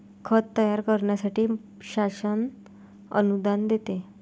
खत तयार करण्यासाठी शासन अनुदान देते